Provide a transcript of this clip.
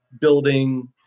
building